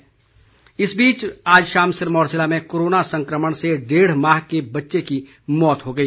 corona मौत इस बीच आज शाम सिरमौर ज़िले में कोरोना संक्रमण से डेढ़ महीने के बच्चे की मौत हो गई